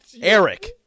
Eric